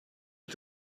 est